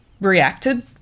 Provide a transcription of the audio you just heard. reacted